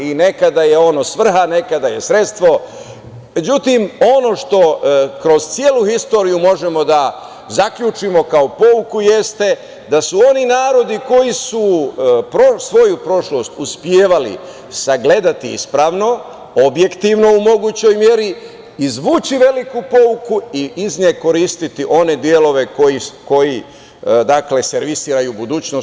I nekada je ono svrha, nekada je ono sredstvo, međutim što kroz celu istoriju možemo da zaključimo kao pouku jeste da su oni narodi koji svoju prošlost uspevali sagledati ispravno, objektivno u mogućoj meri, izvući veliku pouku i iz nje koristiti one delove koji servisiraju budućnost.